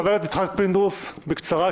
חבר הכנסת יצחק פינדרוס, בקצרה.